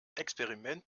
experiment